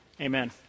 amen